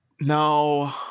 No